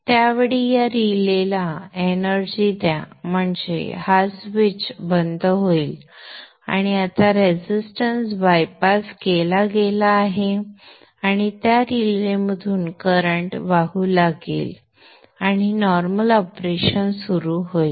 त्यावेळी या रिलेला एनर्जी द्या म्हणजे हा स्विच बंद होईल आणि आता रेझिस्टन्स बायपास केला गेला आहे त्या रिलेमधून करंट वाहू लागेल आणि नॉर्मल ऑपरेशन सुरू होईल